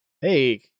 hey